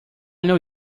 know